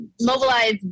mobilize